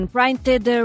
Printed